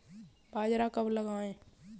बाजरा कब लगाएँ?